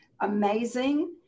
amazing